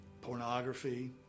pornography